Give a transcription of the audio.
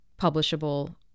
publishable